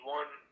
one